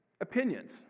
Opinions